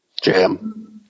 Jam